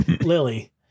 lily